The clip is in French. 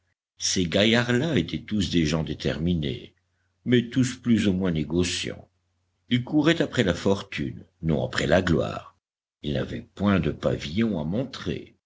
ces gaillards-là étaient tous des gens déterminés mais tous plus ou moins négociants ils couraient après la fortune non après la gloire ils n'avaient point de pavillon à montrer